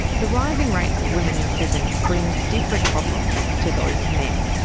the rising rates of women in prison bring different problems to those of men.